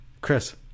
Chris